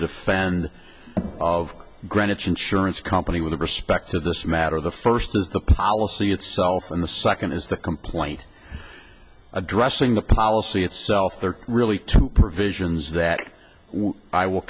defend of greenwich insurance company with respect to this matter the first is the policy itself and the second is the complaint addressing the policy itself there are really two provisions that i will